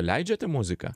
leidžiate muziką